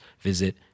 visit